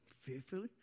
Fearfully